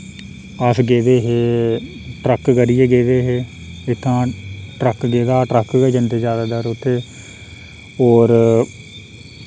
अस गेदे हे ट्रक करियै गेदे हे इत्थां ट्रक गेदा हा ट्रक गै जन्दे ज्यादातर उत्थैं और